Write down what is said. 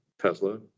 Tesla